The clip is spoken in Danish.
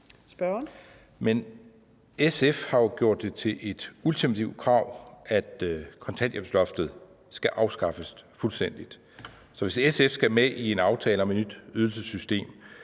Men SF har jo gjort det til et ultimativt krav, at kontanthjælpsloftet skal afskaffes fuldstændigt, så hvis SF skal med i en aftale om et nyt ydelsessystem,